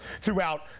throughout